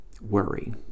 worry